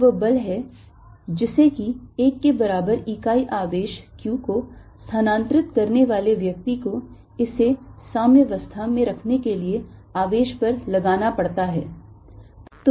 यह वह बल है जिसे कि 1 के बराबर इकाई आवेश q को स्थानांतरित करने वाले व्यक्ति को इसे साम्यवस्था में रखने के लिए आवेश पर लगाना पड़ता है